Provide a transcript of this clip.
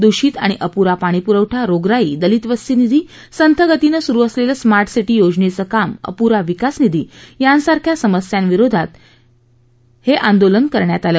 दूषित आणि अप्रा पाणीप्रवठा रोगराई दलित वस्ती निधी संथगतीनं सुरु असलेलं स्मार्ट सिटी योजनेचं काम अपुरा विकासनिधी यांसारख्या समस्यांविरोधात हे आंदोलन करण्यात आले